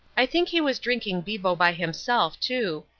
i think he was drinking bevo by himself, too,